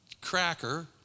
cracker